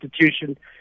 institution